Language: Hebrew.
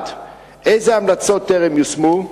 רצוני לשאול: 1. אילו המלצות טרם יושמו?